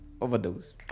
overdose